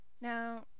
Now